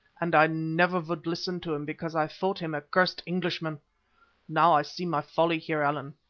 and i never would listen to him because i thought him a cursed englishman now i see my folly. heer allan,